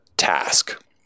task